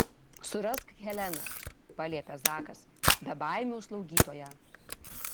surask heleną paliepia zakas bebaimių slaugytoją